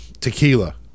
tequila